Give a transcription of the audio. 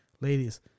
Ladies